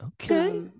okay